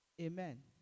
Amen